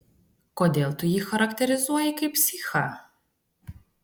kodėl tu jį charakterizuoji kaip psichą